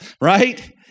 right